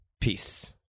Peace